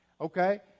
Okay